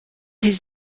his